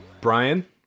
Brian